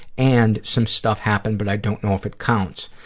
and some stuff happened but i don't know if it counts.